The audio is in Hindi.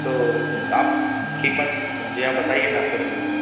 तो आप कीमत जी हाँ बताइए न फिर मैम